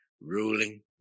ruling